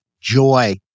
joy